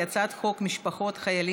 ההצעה להעביר את הצעת חוק משפחות חיילים